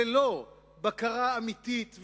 ללא, בקרה אמיתית.